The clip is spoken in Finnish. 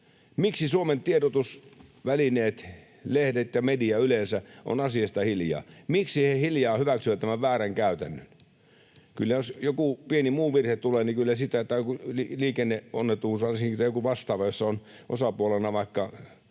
Miksi Suomen tiedotusvälineet, lehdet ja media yleensä ovat asiasta hiljaa? Miksi he hiljaa hyväksyvät tämän väärän käytännön? Kyllä jos joku muu pieni virhe tulee tai joku liikenneonnettomuus varsinkin tai joku vastaava, jossa on osapuolena vaikka